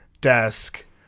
desk